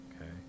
okay